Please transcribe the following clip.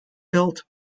built